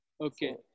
Okay